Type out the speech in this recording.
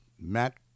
Matt